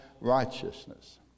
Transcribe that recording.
righteousness